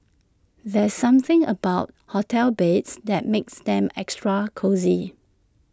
there's something about hotel beds that makes them extra cosy